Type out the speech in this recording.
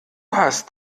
hast